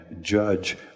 judge